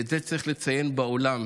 ואת זה צריך לציין בעולם.